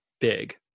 big